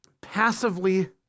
passively